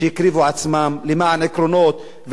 שהקריבו עצמם למען עקרונות,